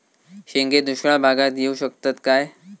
शेंगे दुष्काळ भागाक येऊ शकतत काय?